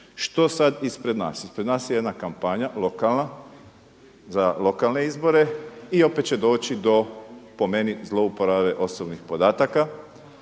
Što sad ispred nas? Ispred nas je jedna kampanja lokalna za lokalne izbore i opet će doći do po meni zlouporabe osobnih podataka.